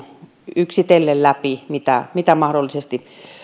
yksitellen läpi mitä mitä mahdollisesti